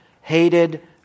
hated